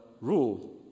rule